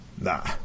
Nah